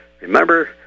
remember